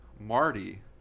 Marty